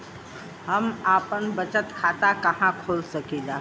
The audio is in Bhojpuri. हम आपन बचत खाता कहा खोल सकीला?